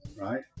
right